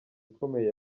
ikomeye